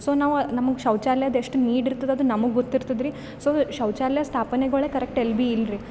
so ನಾವು ನಮ್ಗೆ ಶೌಚಾಲಯದ ಎಷ್ಟು ನೀಡ್ ಇರ್ತದೆ ಅದು ನಮ್ಗೆ ಗೊತ್ತಿರ್ತದ್ ರೀ ಸೊ ಶೌಚಾಲಯ ಸ್ಥಾಪನೆಗಳೇ ಕರೆಕ್ಟ್ ಎಲ್ಲಿ ಬಿ ಇಲ್ರಿ